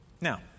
Now